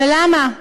ולמה?